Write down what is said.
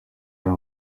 hari